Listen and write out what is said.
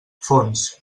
fons